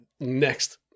next